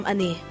Ani